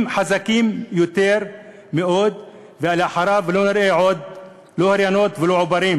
חזקים ביותר ואחריו לא נראה עוד לא הריונות ולא עוברים.